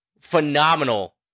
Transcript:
Phenomenal